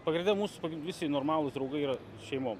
pagrinde mūsų visi normalūs draugai yra šeimom